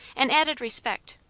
an added respect.